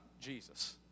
Jesus